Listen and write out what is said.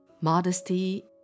modesty